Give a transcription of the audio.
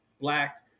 black